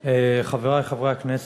תודה רבה, חברי חברי הכנסת,